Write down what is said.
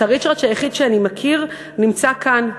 הריצ'רץ' היחיד שאני מכיר נמצא כאן,